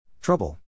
Trouble